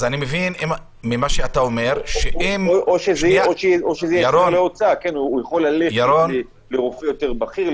או זו תהיה הוצאה הוא יכול ללכת לרופא יותר בכיר,